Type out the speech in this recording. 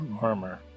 armor